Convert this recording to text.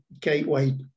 gateway